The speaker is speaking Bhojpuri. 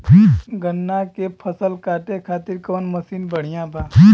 गन्ना के फसल कांटे खाती कवन मसीन बढ़ियां बा?